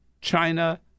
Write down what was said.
China